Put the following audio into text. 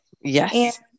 Yes